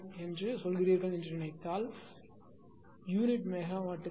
01 என்று சொல்கிறீர்கள் என்று நினைத்தால் யூனிட் மெகாவாட்டுக்கு 0